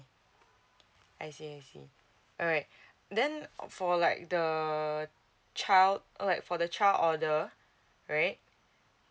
I see I see alright then for like the child like for the child order right